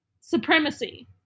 supremacy